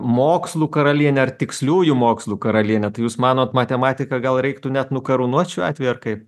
mokslų karalienė ar tiksliųjų mokslų karalienė tai jūs manot matematiką gal reiktų net nukarūnuot šiuo atveju ar kaip